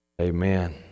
Amen